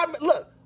Look